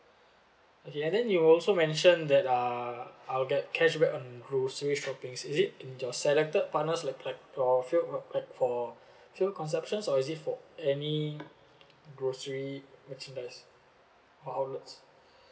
okay and then you also mentioned that uh I'll get cashback on grocery shopping is it in your selected partners like like for fuel like like for fuel consumption or is it for any grocery merchandise or outlets